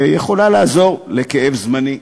והיא יכולה לעזור לכאב זמני.